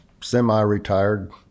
semi-retired